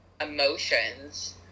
emotions